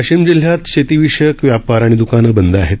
वाशिमजिल्ह यातशेती विषयक व्यापारआणि द्कान बंदआहेत